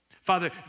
Father